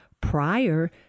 prior